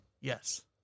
Yes